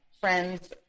friends